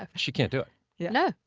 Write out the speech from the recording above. ah she can't do it. yeah no.